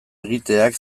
egiteak